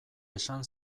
esan